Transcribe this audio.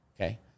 Okay